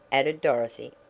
added dorothy.